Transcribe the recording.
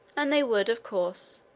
and they would, of course,